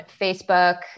Facebook